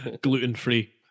Gluten-free